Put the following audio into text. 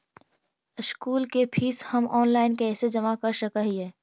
School के fees हम online कैसे जमा कर सक हिय?